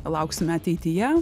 lauksime ateityje